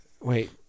wait